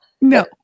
No